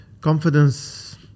Confidence